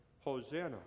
Hosanna